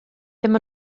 ddim